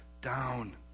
down